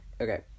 okay